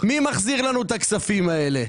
מי מחזיר לנו את הכספים האלה?